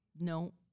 No